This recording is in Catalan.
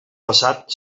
passat